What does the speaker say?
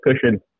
cushion